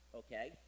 okay